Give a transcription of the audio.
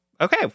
Okay